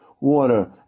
Water